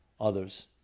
others